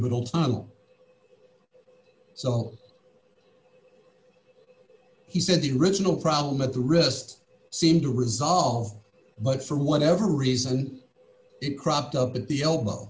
little tunnel so all he said the original problem of the wrist seemed to resolve but for whatever reason it cropped up at the elbow